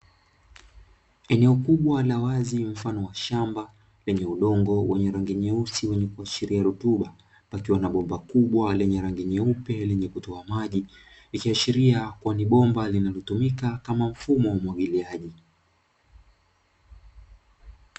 Eneo kubwa la wazi mfano wa shamba lenye udongo wenye rangi nyeusi wenye kuashiria rutuba pakiwa na bomba kubwa lenye rangi nyeupe lenye kutoa maji ikiashiria kuwa ni bomba linalotumika kama mfumo wa umwagiliaji.